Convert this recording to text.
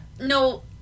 No